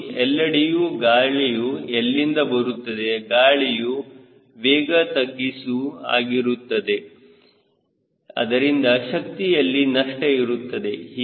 ನೋಡಿ ಎಲ್ಲೆಡೆಯೂ ಗಾಳಿಯು ಎಲ್ಲಿಂದ ಬರುತ್ತದೆ ಗಾಳಿಯು ವೇಗತಗ್ಗಿಸು ಆಗಿರುತ್ತದೆ ಅದರಿಂದ ಶಕ್ತಿಯಲ್ಲಿ ನಷ್ಟ ಇರುತ್ತದೆ